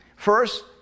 First